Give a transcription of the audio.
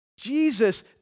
Jesus